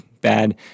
bad